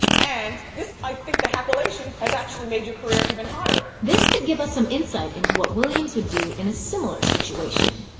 and i think the hackulation has actually made your career even hotter. this could give us some insight into what williams would do in a similar situation.